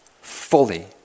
fully